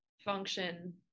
function